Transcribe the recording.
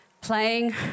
Playing